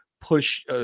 push